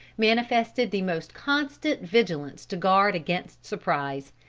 manifested the most constant vigilance to guard against surprise.